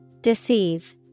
Deceive